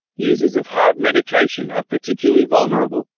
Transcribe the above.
users of heart medication are particularly vulnerable.